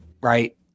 Right